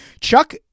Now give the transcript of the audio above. chuck